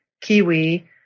kiwi